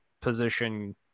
position